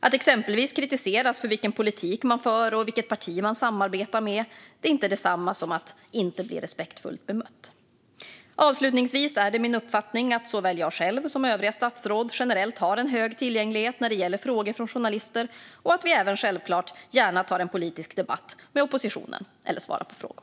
Att exempelvis kritiseras för vilken politik man för och vilket parti man samarbetar med är inte detsamma som att inte bli respektfullt bemött. Avslutningsvis är det min uppfattning att såväl jag själv som övriga statsråd generellt har en hög tillgänglighet när det gäller frågor från journalister och att vi även självklart gärna tar en politisk debatt med oppositionen eller svarar på frågor.